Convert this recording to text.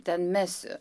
ten mesiu